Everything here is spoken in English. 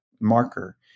marker